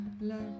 love